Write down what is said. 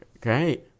Great